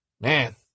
Man